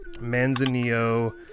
Manzanillo